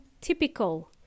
typical